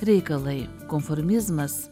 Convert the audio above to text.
reikalai konformizmas